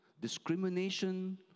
discrimination